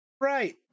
Right